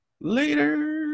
Later